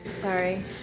Sorry